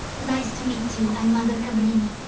nice to meet you. i'm mother cabrini.